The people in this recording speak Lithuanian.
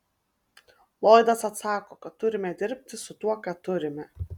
lloydas atsako kad turime dirbti su tuo ką turime